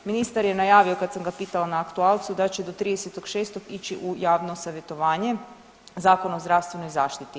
Ministar je najavio, kad sam ga pitala na aktualcu, da će do 30.6. ići u javno savjetovanje Zakon o zdravstvenoj zaštiti.